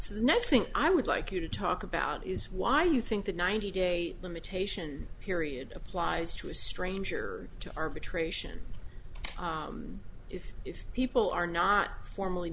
so the next thing i would like you to talk about is why do you think the ninety day limitation period applies to a stranger to arbitration if if people are not formally